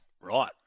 Right